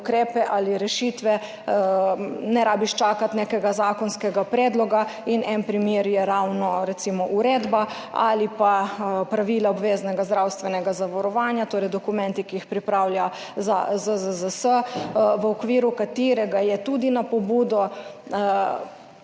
ukrepe ali rešitve ni treba čakati nekega zakonskega predloga. En primer je ravno recimo uredba ali pravila obveznega zdravstvenega zavarovanja, torej dokumenti, ki jih pripravlja ZZZS, v okviru katerega je tudi na pobudo